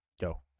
Go